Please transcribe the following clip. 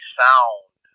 sound